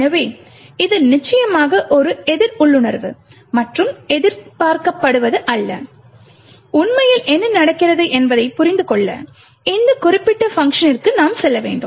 எனவே இது நிச்சயமாக ஒரு எதிர் உள்ளுணர்வு மற்றும் எதிர்பார்க்கப்படுவது அல்ல உண்மையில் என்ன நடக்கிறது என்பதைப் புரிந்து கொள்ள இந்த குறிப்பிட்ட பங்க்ஷனிற்கு நாம் செல்ல வேண்டும்